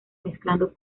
mezclando